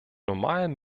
normalen